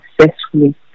successfully